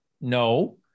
No